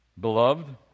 Beloved